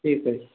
ठीक अछि